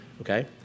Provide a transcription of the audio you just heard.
Okay